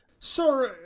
sir,